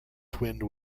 twinned